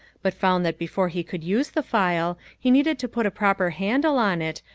but found that before he could use the file he needed to put a proper handle on it,